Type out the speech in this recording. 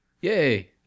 yay